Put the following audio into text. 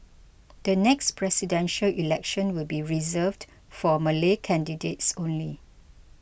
the next Presidential Election will be reserved for Malay candidates only